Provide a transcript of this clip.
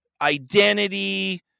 identity